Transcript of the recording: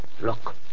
Look